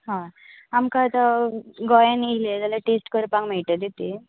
हय आमकां आतां गोंयान येयले जाल्यार टेस्ट करपाक मेळटले तें